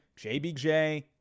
JBJ